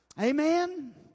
Amen